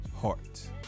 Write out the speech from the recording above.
heart